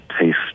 taste